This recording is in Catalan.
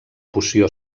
poció